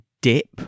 dip